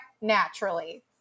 Naturally